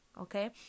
Okay